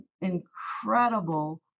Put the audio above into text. incredible